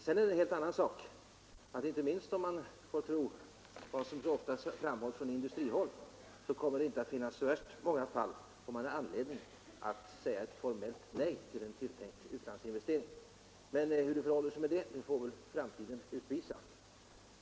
En helt annan sak är att det inte kommer att finnas så värst många fall då man har anledning att säga ett formellt nej till en tilltänkt utlandsinvestering, inte minst om man får tro vad som ofta framhållits från industrihåll. Men framtiden får väl utvisa hur det förhåller sig med den saken.